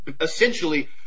essentially